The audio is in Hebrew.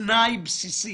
תנאי בסיסי.